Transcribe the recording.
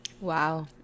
Wow